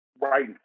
right